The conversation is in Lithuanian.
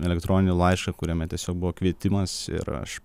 elektroninį laišką kuriame tiesiog buvo kvietimas ir aš